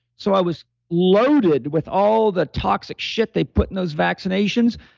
so i was loaded with all the toxic shit they put in those vaccinations.